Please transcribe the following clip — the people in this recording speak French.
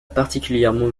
particulièrement